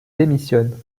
démissionne